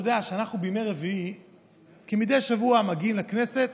אתה יודע שאנחנו בימי רביעי כמדי שבוע מגיעים לכנסת,